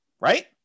Right